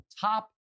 top